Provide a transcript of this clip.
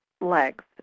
legs